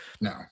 No